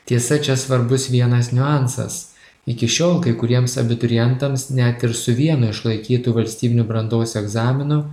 tiesa čia svarbus vienas niuansas iki šiol kai kuriems abiturientams net ir su vienu išlaikytu valstybiniu brandos egzaminu